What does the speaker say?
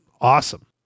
awesome